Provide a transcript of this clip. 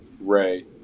Ray